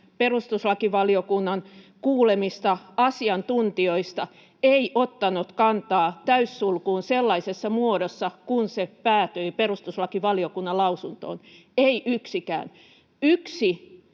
perustuslakivaliokunnan kuulemista asiantuntijoista ei ottanut kantaa täyssulkuun sellaisessa muodossa kuin missä se päätyi perustuslakivaliokunnan lausuntoon, ei yksikään. Yksi